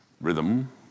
rhythm